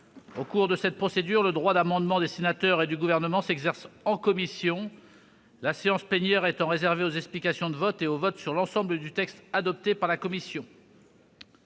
Au cours de cette procédure, le droit d'amendement des sénateurs et du Gouvernement s'exerce en commission, la séance plénière étant réservée aux explications de vote et au vote sur l'ensemble du texte adopté par la commission.